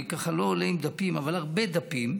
אני ככה לא עולה עם דפים, אבל הרבה דפים.